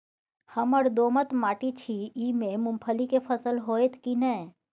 हमर दोमट माटी छी ई में मूंगफली के फसल होतय की नय?